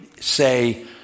say